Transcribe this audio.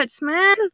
man